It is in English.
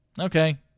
okay